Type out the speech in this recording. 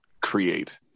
create